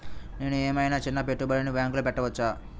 నేను ఏమయినా చిన్న పెట్టుబడిని బ్యాంక్లో పెట్టచ్చా?